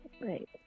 Right